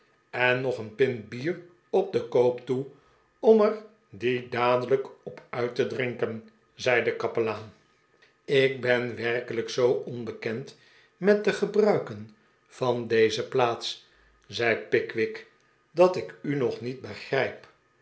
en nog een pint bier op den koop toe om er die dadelijk op uit te drinken zei de kapelaan ik ben werkelijk zoo onbekend met de gebruiken van deze plaats zei pickwick de pickwick club dat ik u nog niet begrijp